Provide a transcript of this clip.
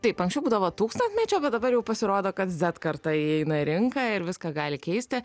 taip anksčiau būdavo tūkstantmečio bet dabar jau pasirodo kad zet karta įeina į rinką ir viską gali keisti